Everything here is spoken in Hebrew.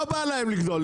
לא בא להם לגדול,